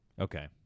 Okay